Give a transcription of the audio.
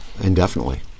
Indefinitely